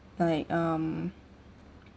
like um